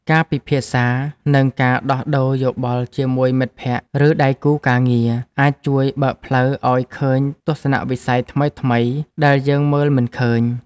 ការពិភាក្សា និងការដោះដូរយោបល់ជាមួយមិត្តភក្តិ ឬដៃគូការងារ អាចជួយបើកផ្លូវឱ្យឃើញទស្សនវិស័យថ្មីៗដែលយើងមើលមិនឃើញ។